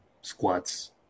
squats